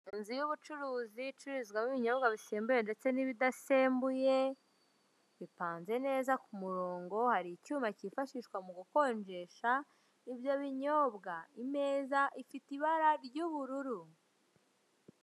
Inzu y'ubucuruzi icururizwamo ibinyobwa bisembuye ndetse n'ibidasembuye, bipanzwe neza ku murongo, hari icyuma cyifashishwa mu gukonjesha ibyo binyobwa biri ku meza ifite ibara ry'ubururu.